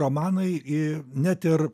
romanai ir net ir